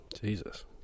Jesus